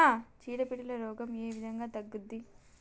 చీడ పీడల రోగం ఏ విధంగా తగ్గుద్ది?